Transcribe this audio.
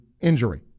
injury